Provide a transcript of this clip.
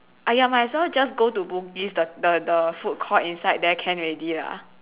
!aiya! must as well just go to bugis the the the food court inside there can already lah